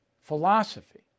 philosophy